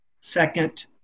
second